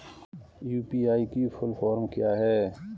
UPI की full form क्या है?